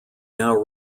now